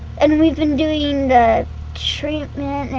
and we've been doing the treatment